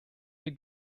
wir